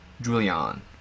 Julian